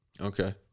Okay